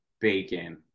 bacon